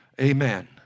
amen